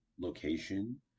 location